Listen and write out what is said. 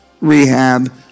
rehab